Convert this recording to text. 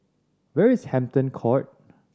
where is Hampton Court